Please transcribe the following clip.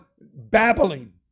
babbling